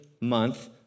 month